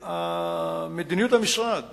שהמדיניות של המשרד